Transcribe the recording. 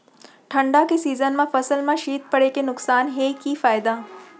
ठंडा के सीजन मा फसल मा शीत पड़े के नुकसान हे कि फायदा?